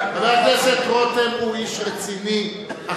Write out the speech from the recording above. חבר הכנסת רותם הוא איש רציני,